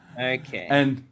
Okay